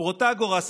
פרוטגורס,